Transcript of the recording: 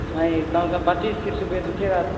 नहीं कम से कम पच्चीस तीस रुपये दीजिएगा तो